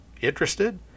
Interested